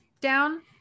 down